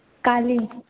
काली